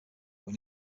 when